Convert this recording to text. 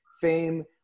fame